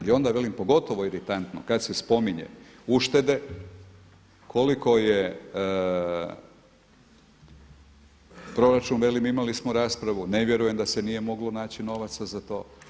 I onda velim pogotovo iritantno kad se spominju uštede, koliko je proračun, velim imali smo raspravu, ne vjerujem da se nije moglo naći novaca za to.